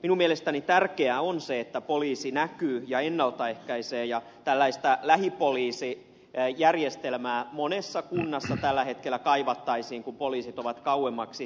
minun mielestäni tärkeää on se että poliisi näkyy ja ennalta ehkäisee ja tällaista lähipoliisijärjestelmää monessa kunnassa tällä hetkellä kaivattaisiin kun poliisit ovat kauemmaksi hukkuneet